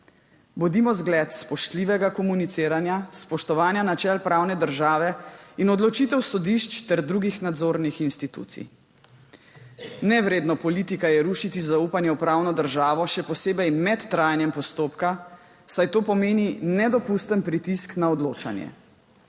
Bodimo zgled spoštljivega komuniciranja, spoštovanja načel pravne države in odločitev sodišč ter drugih nadzornih institucij. Nevredno politika je rušiti zaupanje v pravno državo, še posebej med trajanjem postopka, saj to pomeni nedopusten pritisk na odločanje.